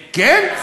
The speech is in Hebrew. כן.